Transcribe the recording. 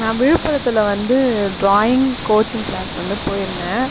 நான் விழுப்புரத்தில் வந்து ட்ராயிங் கோச்சிங் க்ளாஸ் வந்து போயிருந்தேன்